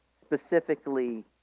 specifically